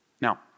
Now